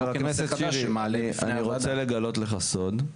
חבר הכנסת, שירי, אני רוצה לגלות לך סוד.